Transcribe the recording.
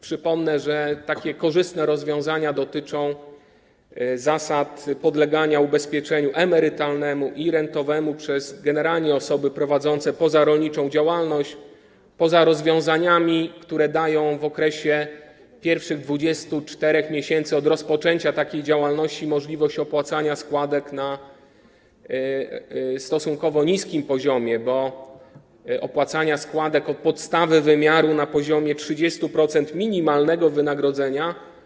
Przypomnę, że takie korzystne rozwiązania dotyczą zasad podlegania ubezpieczeniu emerytalnemu i rentowemu generalnie przez osoby prowadzące pozarolniczą działalność, poza rozwiązaniami, które dają w okresie pierwszych 24 miesięcy od rozpoczęcia takiej działalności możliwość opłacania składek na stosunkowo niskim poziomie, bo od podstawy wymiaru na poziomie 30% minimalnego wynagrodzenia.